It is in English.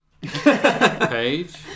page